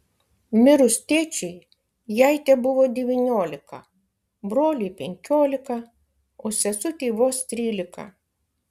mirus tėčiui jai tebuvo devyniolika broliui penkiolika o sesutei vos trylika